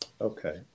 Okay